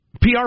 PR